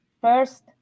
first